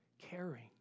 caring